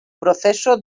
proceso